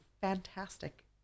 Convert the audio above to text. fantastic